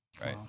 Right